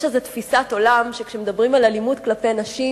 יש איזו תפיסת עולם שכשמדברים על אלימות כלפי נשים,